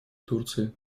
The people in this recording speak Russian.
турции